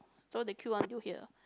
so they queue until here